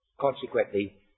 Consequently